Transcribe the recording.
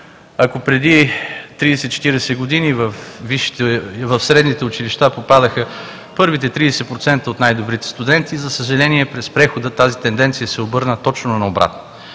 Ако преди 30 – 40 години в средните училища попадаха първите 30% от най-добрите студенти, за съжаление, през прехода тази тенденция се обърна точно наобратно.